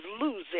losing